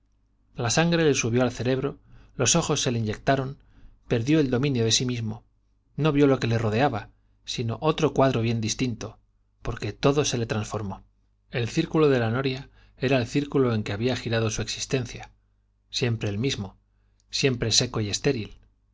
la sangre le subió al cerebro los ojos se le inyecno vió lo que l taren perdió el dominio de sí mismo le rodeaba sino otro cuadro bien distinto porque todo se le transformó el círculo de la noria era el círculo en que había el mismo seco girado su existencia siempre siempre y estéril